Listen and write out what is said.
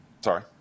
Sorry